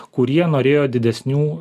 kurie norėjo didesnių